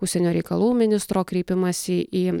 užsienio reikalų ministro kreipimąsi į